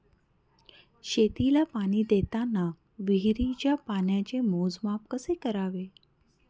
शेतीला पाणी देताना विहिरीच्या पाण्याचे मोजमाप कसे करावे?